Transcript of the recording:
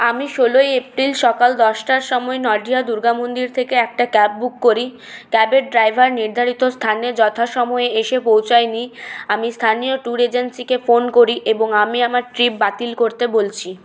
আমি ষোলোই এপ্রিল সকাল দশটার সময় নডিয়া দুর্গা মন্দির থেকে একটা ক্যাব বুক করি ক্যাবের ড্রাইভার নির্ধারিত স্থানে যথা সময়ে এসে পৌঁছায়নি আমি স্থানীয় ট্যুর এজেন্সিকে ফোন করি এবং আমি আমার ট্রিপ বাতিল করতে বলছি